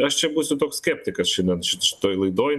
aš čia būsiu toks skeptikas šiandien šit šitoj laidoj